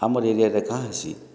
ଆମର୍ ଏରିଆରେ କାଁ ହେସି